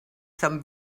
some